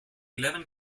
eleven